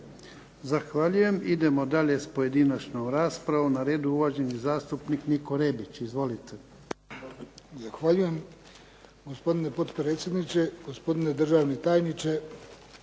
Zahvaljujem. Idemo dalje s pojedinačnom raspravom. Na redu je uvaženi zastupnik Niko Rebić. Izvolite. **Rebić, Niko (HDZ)** Zahvaljujem. Gospodine potpredsjedniče, gospodine državni tajniče,